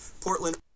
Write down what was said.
Portland